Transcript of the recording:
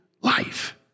life